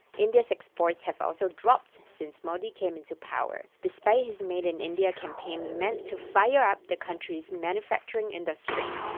india's exports have also dropped since modi came into power, despite his made in india campaign meant to fire up the country's manufacturing industry.